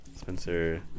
Spencer